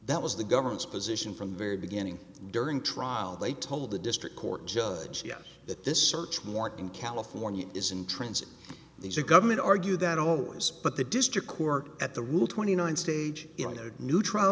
that was the government's position from the very beginning during trial they told the district court judge yes that this search warrant in california is in transit these are government argue that always but the district court at the rule twenty nine stage